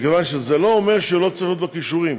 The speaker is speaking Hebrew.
מכיוון שזה לא אומר שלא צריכים להיות לו כישורים,